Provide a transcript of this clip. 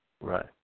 Right